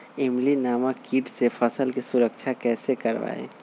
इल्ली नामक किट से फसल के सुरक्षा कैसे करवाईं?